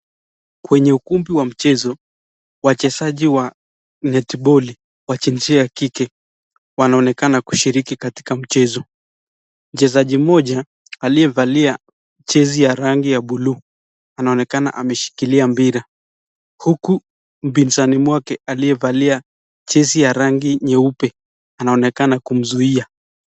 Kwenye ukumbi wa mchezo wachezji wa netball wa jinsia ya kike wanaonekana kushiriki katika mchezo mchezaji mmoja aliyevalia jezi ya rangi ya blue anaonekana ameshikilia mpira huku mpinzani wake aliyevalia jezi ya rangi nyeupe anaonekana kumzuia.